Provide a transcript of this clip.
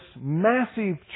massive